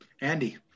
Andy